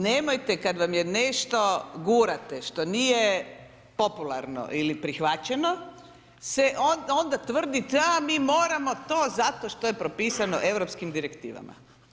Nemojte kad vam je nešto, gurate, što nije popularno ili prihvaćeno, se onda tvrdi, ta, mi moramo to zato što je propisano europskim direktivama.